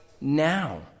now